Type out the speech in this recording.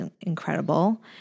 incredible